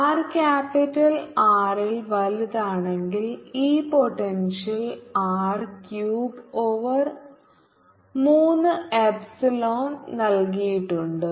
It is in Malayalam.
r ക്യാപിറ്റൽ R ൽ വലുതാണെങ്കിൽ ഈ പോട്ടെൻഷ്യൽ R ക്യൂബ് ഓവർ മൂന്ന് എപ്സിലോൺ നൽകിയിട്ടുണ്ട്